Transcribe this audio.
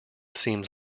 seems